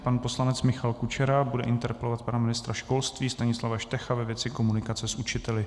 Pan poslanec Michal Kučera bude interpelovat pana ministra školství Stanislava Štecha ve věci komunikace s učiteli.